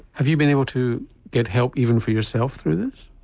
have you been able to get help even for yourself through this?